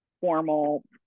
formal